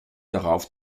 darauf